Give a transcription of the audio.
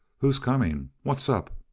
who's coming? what's up?